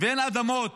ואין אדמות,